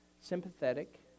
sympathetic